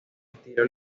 estilo